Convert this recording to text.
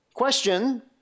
question